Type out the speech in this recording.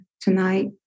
tonight